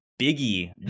Biggie